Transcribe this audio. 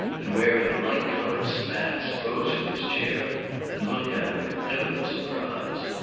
and wearing light-colored spats, rose from his chair and looked at him with evident surprise.